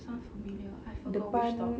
sounds familiar I know which stop